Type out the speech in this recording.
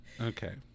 okay